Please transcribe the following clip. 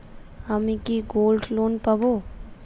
আমি কি gold loan পাবো?